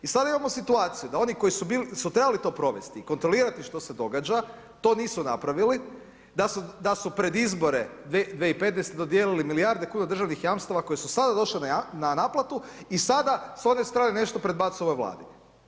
I sad imamo situaciju da oni koji su to trebali provest i kontrolirat što se događa to nisu napravili, da su pred izbore 2015. dodijelili milijarde kuna državnih jamstava koje su sada došle na naplatu i sada s one strane nešto predbacuju ovoj Vladi.